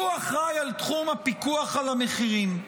הוא אחראי על תחום הפיקוח על המחירים.